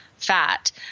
fat